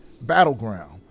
battleground